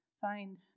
find